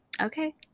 okay